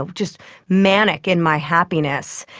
ah just manic in my happiness.